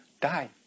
die